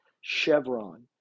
Chevron